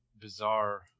bizarre